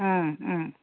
ꯎꯝ ꯎꯝ